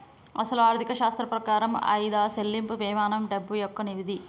అసలు ఆర్థిక శాస్త్రం ప్రకారం ఆయిదా సెళ్ళింపు పెమానం డబ్బు యొక్క విధి